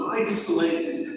isolated